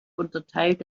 unterteilt